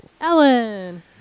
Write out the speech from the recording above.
Ellen